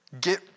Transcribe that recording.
Get